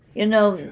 you know,